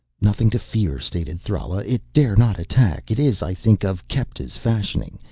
nothing to fear, stated thrala. it dare not attack. it is, i think, of kepta's fashioning.